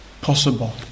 possible